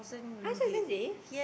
!huh! so expensive